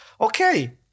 okay